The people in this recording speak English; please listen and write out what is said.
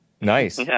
Nice